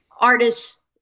artists